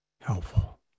helpful